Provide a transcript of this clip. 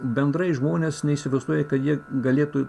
bendrai žmonės neįsivaizduoja kad jie galėtų